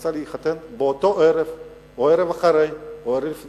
שרצה להתחתן, באותו ערב או ערב אחרי או ערב לפני,